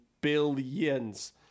billions